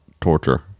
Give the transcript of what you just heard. torture